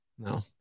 No